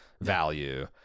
value